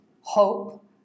hope